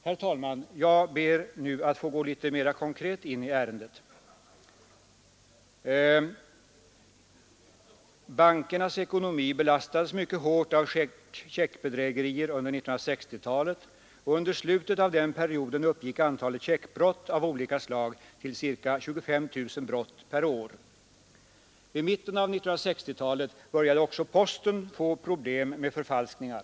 Herr talman! Jag ber nu att få gå litet mera konkret in i ärendet. Bankernas ekonomi belastades mycket hårt av checkbedrägerier under 1960-talet, och under slutet av den perioden uppgick antalet checkbrott av olika slag till ca 25 000 per år. I mitten av 1960-talet började också posten få problem med förfalskningar.